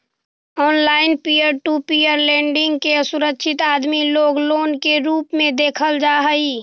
online peer to peer lending के असुरक्षित आदमी लोग लोन के रूप में देखल जा हई